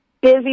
Busy